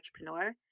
entrepreneur